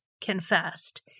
confessed